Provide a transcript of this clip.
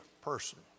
person